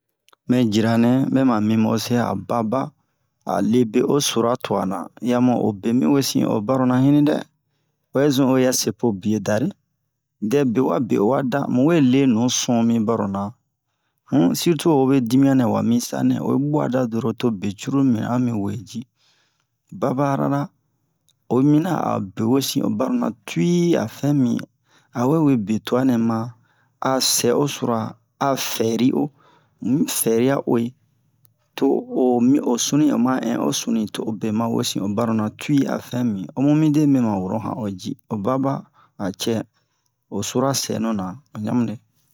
Mɛ jiranɛ mɛ ma mimu o se a'o baba a'o lebe o sura tuwa na yi a mu o be mi wesin o baro na hini dɛ o bɛ zun obe ya sepo biye da re dɛ be wa be o wa da mu we le nu sun mi bara na um sirtu hobe dimiyan nɛ wa mi sisanɛ oyi buwa da donron to be cururu mimi a'o mi we ji baba arana oyi mina a'o be wesin o baro na tuyi a fɛn mi a'o we we betuwan nɛ ma a sɛ o sura a fɛri o mu yi fɛri'a uwe to o mi o sunu o ma in o sunu to o be ma wesin o baro na tuyi a fɛn mi amu ya mide mɛ ma woro han o ji o baba a cɛ o sura sɛnuna o ɲamu ne